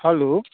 hello